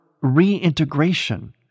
reintegration